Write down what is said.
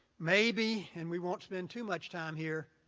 maybe, and we won't spend too much time here,